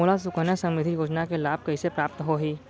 मोला सुकन्या समृद्धि योजना के लाभ कइसे प्राप्त होही?